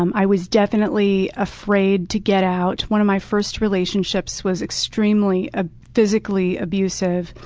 um i was definitely afraid to get out. one of my first relationships was extremely ah physically abusive.